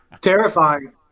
Terrifying